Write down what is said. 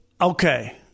Okay